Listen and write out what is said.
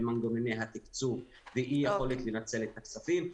מנגנוני התקצוב ואי יכולת לנצל את הכספים,